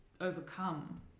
overcome